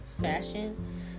fashion